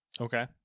Okay